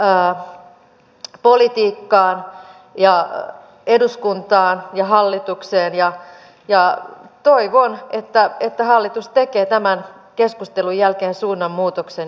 kieltämättä tilanne on heikko ja nyt ostamme lähinnä aikaa sillä että jäädytämme joukkojen tämän vuoden vahvuuden myös ensi vuodeksi